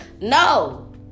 no